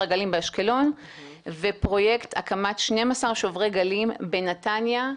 הגלים באשקלון ופרויקט הקמת 12 שוברי גלים בנתניה.